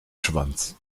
schwanz